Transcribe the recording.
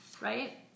right